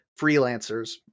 freelancers